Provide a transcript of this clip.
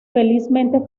felizmente